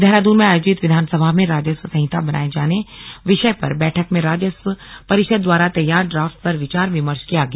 देहरादून में आयोजित विधानसभा में राजस्व संहिता बनाये जाने विषय पर बैठक में राजस्व परिषद् द्वारा तैयार ड्राफ्ट पर विचार विमर्श किया गया